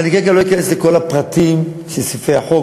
אבל אני כרגע לא אכנס לפרטים של סעיפי החוק